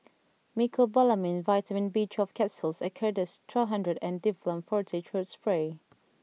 Mecobalamin Vitamin B twelve Capsules Acardust two hundred and Difflam Forte Throat Spray